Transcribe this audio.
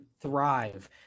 thrive